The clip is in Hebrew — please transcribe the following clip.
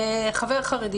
חבר חרדי